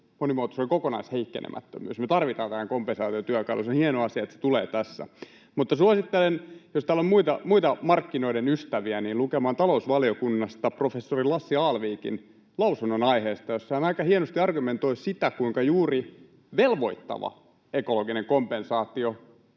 monimuotoisuuden kokonaisheikkenemättömyys. Me tarvitaan tällainen kompensaatiotyökalu, ja on hieno asia, että se tulee tässä. Suosittelen, jos täällä on muita markkinoiden ystäviä, lukemaan talousvaliokunnasta professori Lassi Ahlvikin lausunnon aiheesta, jossa hän aika hienosti argumentoi sitä, kuinka juuri velvoittava ekologinen kompensaatio